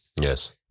Yes